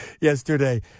yesterday